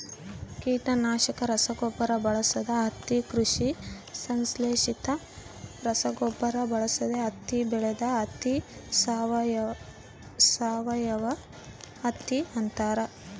ಕೀಟನಾಶಕ ರಸಗೊಬ್ಬರ ಬಳಸದ ಹತ್ತಿ ಕೃಷಿ ಸಂಶ್ಲೇಷಿತ ರಸಗೊಬ್ಬರ ಬಳಸದೆ ಬೆಳೆದ ಹತ್ತಿ ಸಾವಯವಹತ್ತಿ ಅಂತಾರ